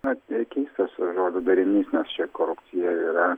na keistas žodžių darinys nes čia korupcija yra